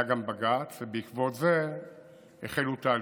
היה גם בג"ץ, ובעקבות זה החלו תהליכים.